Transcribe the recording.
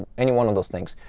any one of those things.